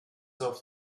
off